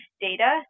data